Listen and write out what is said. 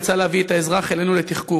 יצאה להביא את האזרח אלינו לתחקור.